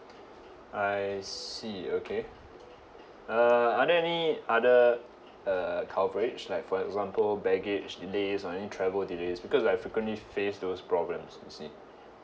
I see okay uh are there any other uh coverage like for example baggage delay or any travel delays because I frequently face those problems you see